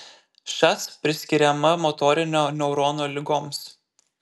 šas priskiriama motorinio neurono ligoms